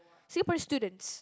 Singaporean students